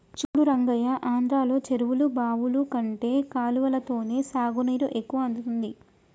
చూడు రంగయ్య ఆంధ్రలో చెరువులు బావులు కంటే కాలవలతోనే సాగునీరు ఎక్కువ అందుతుంది